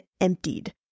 emptied